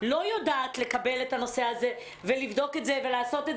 לא יודעת לקבל את הנושא הזה ולבדוק אותו ולעשות את